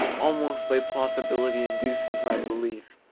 almost thy plausibility induces my belief,